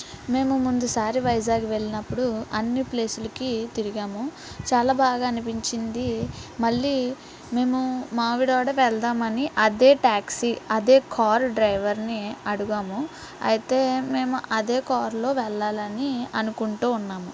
మేము ముందు సారి వైజాగ్ వెళ్ళినప్పుడు అన్నిప్లేసులుకి తిరిగాము చాలా బాగా అనిపించింది మళ్ళీ మేము మామిడాడకి వెళ్దామని అదే ట్యాక్సీ అదే కార్ డ్రైవర్ని అడిగాము అయితే మేము అదే కారులో వెళ్ళాలని అనుకుంటూ ఉన్నాం